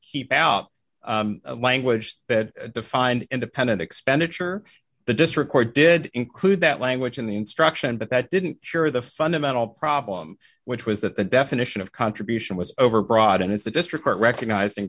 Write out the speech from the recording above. keep out language that defined independent expenditure the district court did include that language in the instruction but that didn't share the fundamental problem which was that the definition of contribution was overbroad and it's the district court recognized